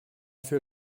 für